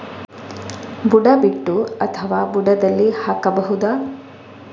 ಬುಡ ಬಿಟ್ಟು ಅಥವಾ ಬುಡದಲ್ಲಿ ಹಾಕಬಹುದಾ?